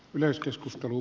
yleiskeskustelu